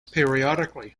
periodically